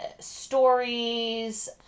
stories